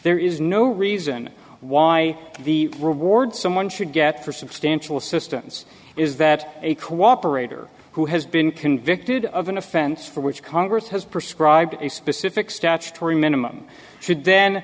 there is no reason why the reward someone should get for substantial assistance is that a cooperator who has been convicted of an offense for which congress has prescribed a specific statutory minimum should then